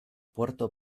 puerto